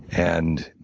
and